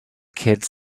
kids